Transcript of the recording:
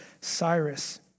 Cyrus